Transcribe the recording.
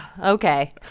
okay